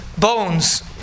Bones